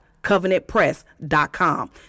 CovenantPress.com